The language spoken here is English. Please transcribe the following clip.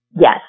Yes